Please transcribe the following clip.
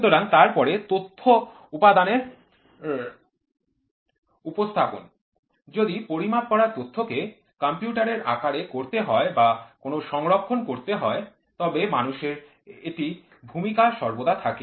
সুতরাং তারপরে তথ্য উপস্থাপনের উপাদান যদি পরিমাপ করা তথ্যকে কম্পিউটার এর আকারে করতে হয় বা কোথাও সংরক্ষণ করতে হয় তবে মানুষের একটি ভূমিকা সর্বদা থাকে